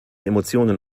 emotionen